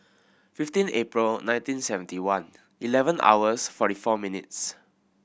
fifteen April nineteen seventy one eleven hours forty four minutes